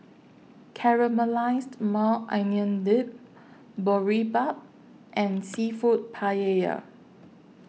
Caramelized Maui Onion Dip Boribap and Seafood Paella